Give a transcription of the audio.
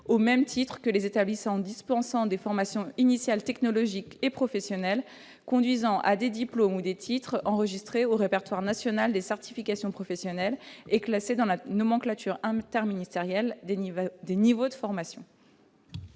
au même titre que les établissements dispensant des formations initiales technologiques et professionnelles conduisant à des diplômes ou titres enregistrés au répertoire national des certifications professionnelles et classés dans la nomenclature interministérielle des niveaux de formation.